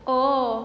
oh